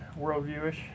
worldview-ish